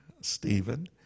Stephen